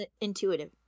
intuitive